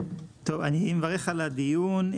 אני מברך על הדיון.